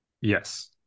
Yes